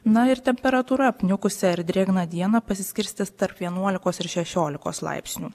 na ir temperatūra apniukusią ir drėgną dieną pasiskirstys tarp vienuolikos ir šešiolikos laipsnių